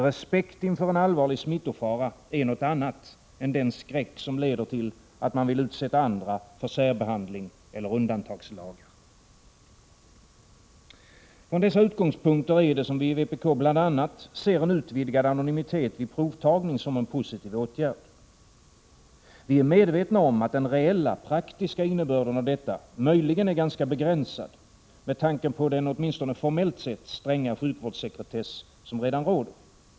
Respekt inför en allvarlig smittofara är något annat än den skräck som leder till att man vill utsätta andra för särbehandling eller undantagslagar. Från dessa utgångspunkter är det som vi i vpk bl.a. ser en utvidgad anonymitet vid provtagning som en positiv åtgärd. Vi är medvetna om att den reella, praktiska innebörden av detta möjligen är ganska begränsad med tanke på den åtminstone formellt sett stränga sjukvårdssekretess som redan råder.